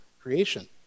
creation